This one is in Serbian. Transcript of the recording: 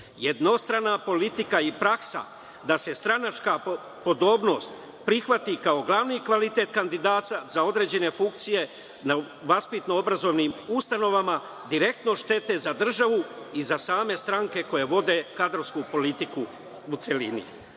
jednostrana politika i praksa da se stranačka podobnost prihvati kao glavni kvalitet kandidata za određene funkcije u vaspitno obrazovnim ustanovama, direktno štete za državu i za same stranke koje vode kadrovsku politiku u celini.